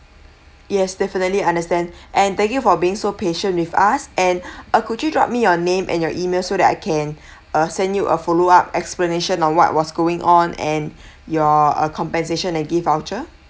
yes definitely understand and thank you for being so patient with us and uh could you drop me your name and your email so that I can uh send you a follow up explanation on what was going on and you're uh compensation and gift voucher